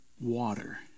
water